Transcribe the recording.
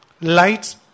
lights